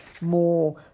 more